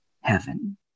heaven